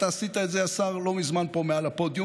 אתה עשית את זה, השר, לא מזמן פה, מעל הפודיום.